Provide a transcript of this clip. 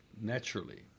naturally